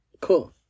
Cool